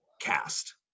cast